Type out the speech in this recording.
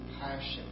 passion